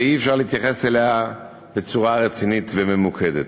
ואי-אפשר להתייחס אליה בצורה רצינית וממוקדת.